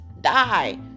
die